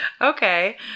Okay